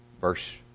verse